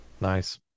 nice